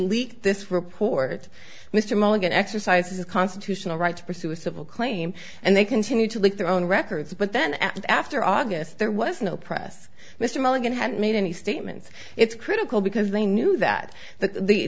leak this report mr mulligan exercise his constitutional right to pursue a civil claim and they continue to lick their own records but then after august there was no press mr milligan had made any statements it's critical because they knew that th